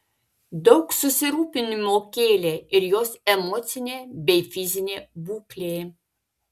daug susirūpinimo kėlė ir jos emocinė bei fizinė būklė